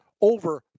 over